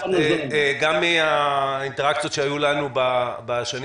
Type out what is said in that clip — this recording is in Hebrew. גם מן האינטראקציות שהיו לנו בשנים